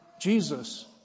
Jesus